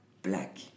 black